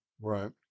right